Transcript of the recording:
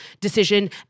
decision